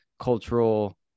cultural